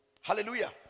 Hallelujah